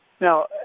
Now